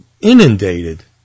inundated